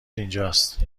اینجاست